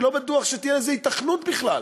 אני לא בטוח שתהיה לזה היתכנות בכלל,